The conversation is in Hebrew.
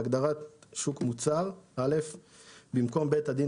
בהגדרה "שוק מוצר" במקום "בית הדין